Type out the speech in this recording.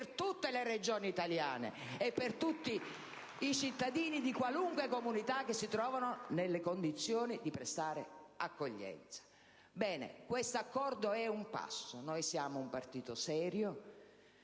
dal Gruppo PD)* e per tutti i cittadini, di qualunque comunità, che si trovino nelle condizioni di prestare accoglienza! Bene, questo accordo è un passo. Noi siamo un partito serio,